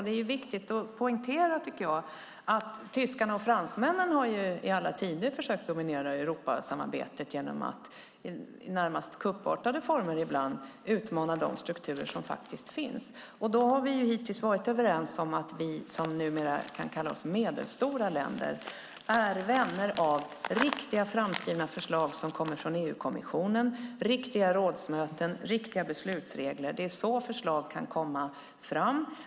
Det är viktigt att poängtera, tycker jag, att tyskarna och fransmännen i alla tider har försökt dominera Europasamarbetet genom att, i närmast kuppartade former ibland, utmana de strukturer som faktiskt finns. Då har vi hittills varit överens om att vi som numera kan kalla oss medelstora länder är vänner av riktiga framskrivna förslag som kommer från EU-kommissionen, riktiga rådsmöten och riktiga beslutsregler. Det är så förslag kan komma fram.